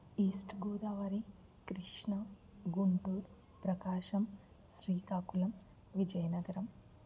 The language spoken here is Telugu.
ఈస్ట్ గోదావరి కృష్ణ గుంటూరు ప్రకాశం శ్రీకాకుళం విజయనగరం